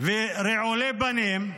ורעולי פנים,